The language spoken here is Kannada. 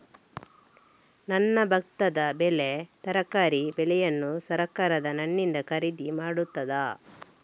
ನನ್ನ ಭತ್ತದ ಬೆಳೆ, ತರಕಾರಿ ಬೆಳೆಯನ್ನು ಸರಕಾರ ನನ್ನಿಂದ ಖರೀದಿ ಮಾಡುತ್ತದಾ?